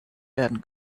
werden